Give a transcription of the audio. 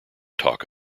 talk